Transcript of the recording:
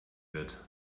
wird